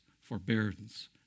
forbearance